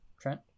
Trent